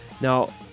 Now